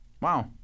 Wow